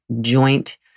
joint